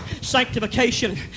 sanctification